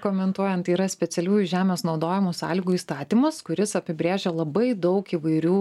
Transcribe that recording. komentuojant tai yra specialiųjų žemės naudojimo sąlygų įstatymas kuris apibrėžia labai daug įvairių